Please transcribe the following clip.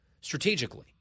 strategically